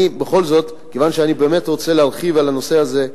כיוון שאני באמת רוצה להרחיב על הנושא הזה,